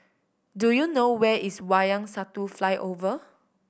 do you know where is Wayang Satu Flyover